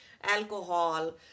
alcohol